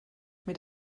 mit